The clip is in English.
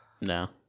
No